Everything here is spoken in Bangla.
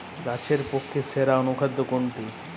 গাছের পক্ষে সেরা অনুখাদ্য কোনটি?